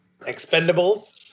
Expendables